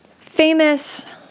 famous